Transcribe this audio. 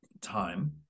time